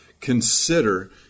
consider